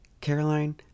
Caroline